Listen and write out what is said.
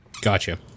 Gotcha